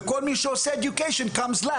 וכל מי שעוסק בחינוך בא אחרון.